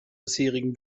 bisherigen